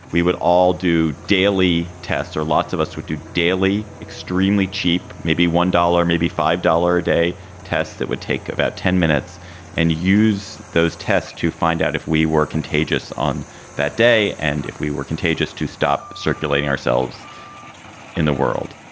we would all do daily tests or lots of us would do daily extremely cheap, maybe one dollar, maybe five dollar a day test that would take about ten minutes and use those tests to find out if we were contagious on that day and if we were contagious to stop circulating ourselves in the world.